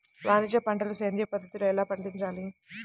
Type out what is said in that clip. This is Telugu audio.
వాణిజ్య పంటలు సేంద్రియ పద్ధతిలో ఎలా పండించాలి?